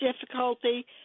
difficulty